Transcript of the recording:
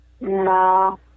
No